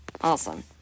Awesome